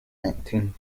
acting